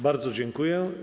Bardzo dziękuję.